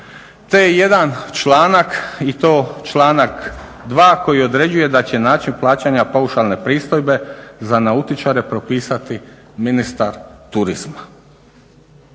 te jedan članak i to članak 2 koji određuje da će način plaćanja paušalne pristojbe za nautičare propisati ministar turizma.